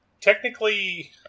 technically